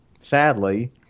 sadly